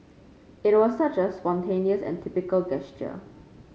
it was such a spontaneous and typical gesture